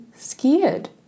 Scared